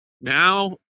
now